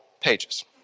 pages